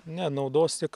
ne naudos tik